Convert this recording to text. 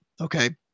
Okay